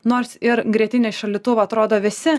nors ir grietinė iš šaldytuvo atrodo vėsi